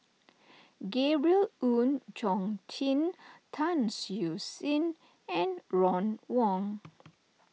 Gabriel Oon Chong Jin Tan Siew Sin and Ron Wong